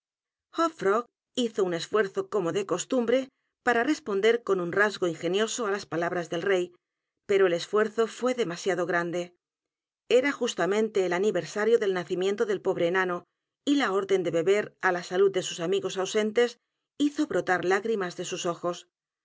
hizo u n esfuerzo come de costumbre para responder con un rasgo ingenioso á las palabras del rey pero el esfuerzo fué demasiado grande era j u s t a mente el aniversario dal nacimiento del pobre enano y la orden de beber á la salud de sus amigos ausentes hizo brotar lágrimas de sus ojos